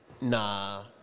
Nah